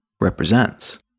represents